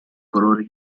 colore